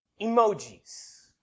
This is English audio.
Emojis